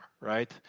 right